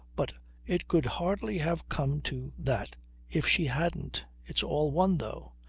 but it could hardly have come to that if she hadn't. it's all one, though.